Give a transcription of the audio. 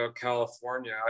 California